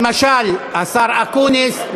למשל השר אקוניס,